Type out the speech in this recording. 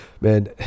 Man